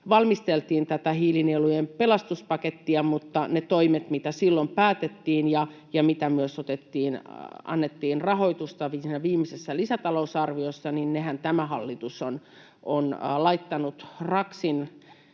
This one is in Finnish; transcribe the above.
valmisteltiin tätä hiilinielujen pelastuspakettia, mutta ne toimet, mitä silloin päätettiin ja mihin myös annettiin rahoitusta viimeisessä lisätalousarviossa, niin niiden ylihän hallitus on laittanut raksin,